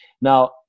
Now